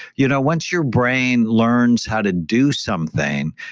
you know once your brain learns how to do something,